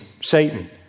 Satan